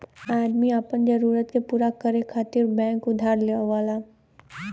आदमी आपन जरूरत के पूरा करे खातिर बैंक उधार लेवला